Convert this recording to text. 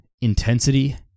intensity